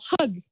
hug